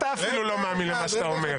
אתה אפילו לא מאמין למה שאתה אומר.